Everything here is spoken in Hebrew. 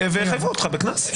ויחייבו אותך בקנס.